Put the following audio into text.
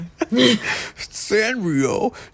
Sanrio